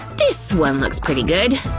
this one looks pretty good.